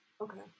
Okay